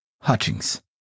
Hutchings